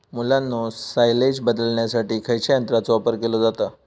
मुलांनो सायलेज बदलण्यासाठी खयच्या यंत्राचो वापर केलो जाता?